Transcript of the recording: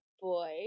boy